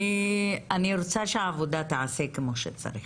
אני רוצה שהעבודה תיעשה כמו שצריך.